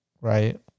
right